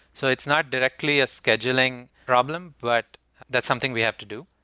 so it's not directly a scheduling problem, but that something we have to do.